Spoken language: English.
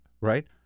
right